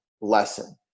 lesson